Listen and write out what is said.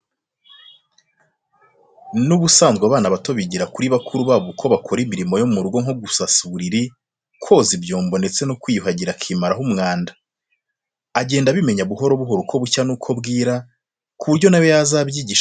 N'ubusanzwe abana bato bigira kuri bakuru babo uko bakora imirimo yo mu rugo nko gusasa uburiri, koza ibyombo ndetse no kwiyuhagira akimaraho umwanda; agenda abimenya buhoro buhoro uko bucya n'uko bwira, ku buryo na we yazabyigisha barumuna be mu gihe kiri imbere.